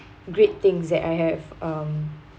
great things that I have um